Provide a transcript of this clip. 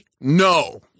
no